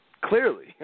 Clearly